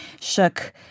shook